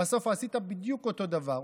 ובסוף עשית בדיוק אותו דבר,